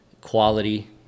quality